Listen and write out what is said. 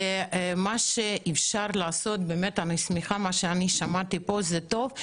אני שמחה על מה ששמעתי פה, זה טוב.